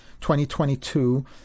2022